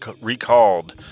recalled